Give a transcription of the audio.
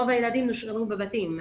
רוב הילדים הושארו בבתים.